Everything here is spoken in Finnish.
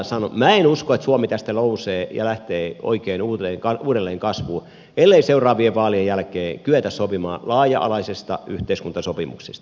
minä en usko että suomi tästä nousee ja lähtee oikein uudelleen kasvuun ellei seuraavien vaalien jälkeen kyetä sopimaan laaja alaisesta yhteiskuntasopimuksesta